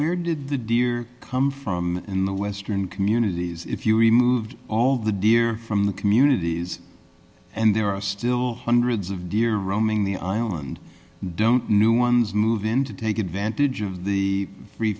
where did the deer come from in the western communities if you removed all the deer from the communities and there are still hundreds of deer roaming the island don't new ones move in to take advantage of the free